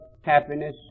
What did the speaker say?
happiness